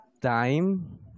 time